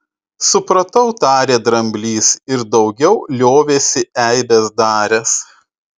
supratau tarė dramblys ir daugiau liovėsi eibes daręs